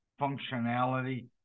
functionality